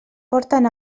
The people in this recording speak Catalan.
porten